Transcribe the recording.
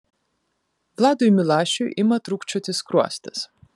vladui milašiui ima trūkčioti skruostas